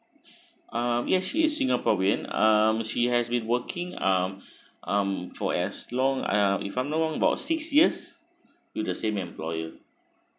um yes she is singaporean um she has been working um um for as long uh if I'm not wrong about six years with the same employer